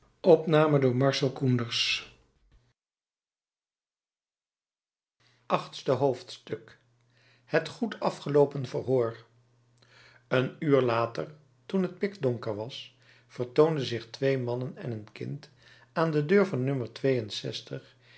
achtste hoofdstuk het goed afgeloopen verhoor een uur later toen het pikdonker was vertoonden zich twee mannen en een kind aan de deur van